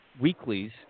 weeklies